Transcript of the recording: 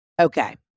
Okay